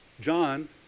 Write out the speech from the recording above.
John